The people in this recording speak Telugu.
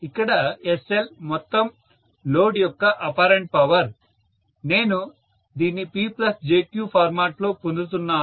ఎక్కడ SL మొత్తం లోడ్ యొక్క అపారెంట్ పవర్ నేను దీన్నిPjQ ఫార్మట్ లో పొందుతున్నాను